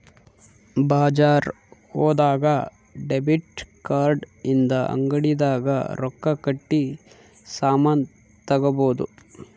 ಬಜಾರ್ ಹೋದಾಗ debit card ಇಂದ ಅಂಗಡಿ ದಾಗ ರೊಕ್ಕ ಕಟ್ಟಿ ಸಾಮನ್ ತಗೊಬೊದು